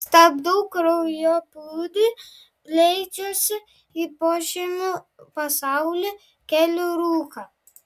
stabdau kraujoplūdį leidžiuosi į požemių pasaulį keliu rūką